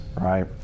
right